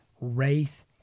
Wraith